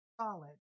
solid